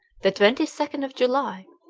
the twenty-second of july,